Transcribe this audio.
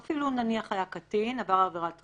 הוא אפילו היה קטין, נמלט